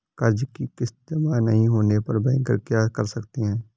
कर्ज कि किश्त जमा नहीं होने पर बैंकर क्या कर सकते हैं?